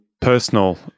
personal